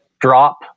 drop